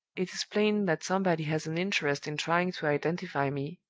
it is plain that somebody has an interest in trying to identify me,